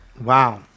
Wow